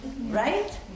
right